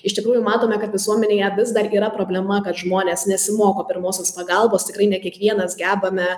iš tikrųjų matome kad visuomenėje vis dar yra problema kad žmonės nesimoko pirmosios pagalbos tikrai ne kiekvienas gebame